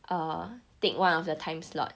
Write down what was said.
err take one of the time slot